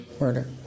Murder